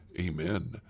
Amen